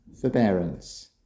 forbearance